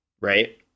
right